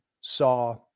saw